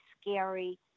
scary